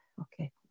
Okay